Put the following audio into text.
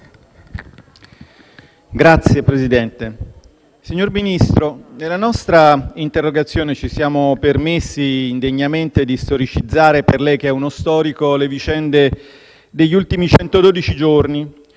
Signor Ministro, nella nostra interrogazione ci siamo permessi indegnamente di storicizzare, per lei che è uno storico, le vicende degli ultimi centododici